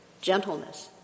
gentleness